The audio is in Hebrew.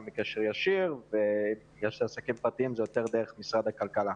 בקשר ישיר ועסקים כלכליים נמצאים יותר בקשר עם משרד הכלכלה.